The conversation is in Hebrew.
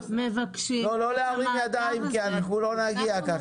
לא להרים ידיים, כי אנחנו לא נגיע ככה.